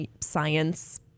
science